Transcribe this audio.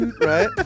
right